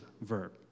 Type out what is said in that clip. verb